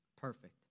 Perfect